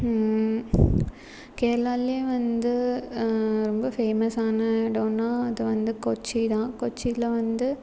கேரளாவில் வந்து ரொம்ப ஃபேமஸான இடோன்னா அது வந்து கொச்சின் தான் கொச்சியில் வந்து